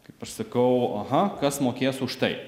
kaip aš sakau aha kas mokės už tai